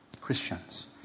Christians